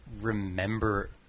remember